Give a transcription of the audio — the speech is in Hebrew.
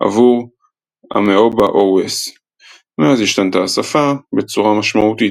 עבור Amoeba OS. מאז השתנתה השפה בצורה משמעותית,